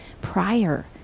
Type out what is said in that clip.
prior